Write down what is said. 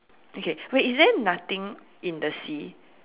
okay wait is there nothing in the sea